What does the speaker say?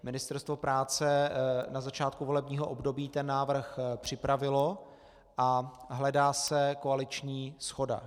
Ministerstvo práce na začátku volebního období ten návrh připravilo a hledá se koaliční shoda.